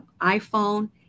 iPhone